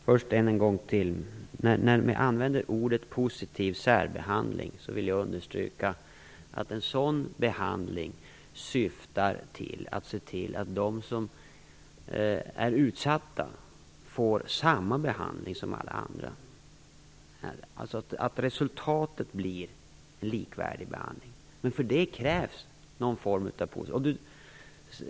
Fru talman! När vi använder ordet positiv särbehandling vill jag understryka att en sådan behandling syftar till att se till att de som är utsatta får samma behandling som alla andra, dvs. att resultatet blir likvärdig behandling. Men för det krävs någon form av politik.